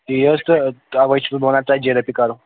یی حظ تہٕ توے چھُس بہٕ وَنان ژتجی رۄپیہِ کَرو